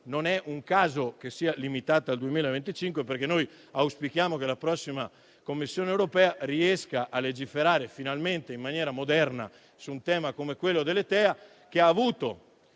Non è un caso il limite al 2025 perché noi auspichiamo che la prossima Commissione europea riesca a legiferare finalmente in maniera moderna su un tema come quello delle TEA, che ha avuto